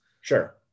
Sure